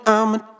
I'ma